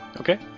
Okay